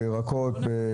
בירקות.